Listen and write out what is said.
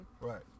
Right